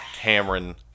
Cameron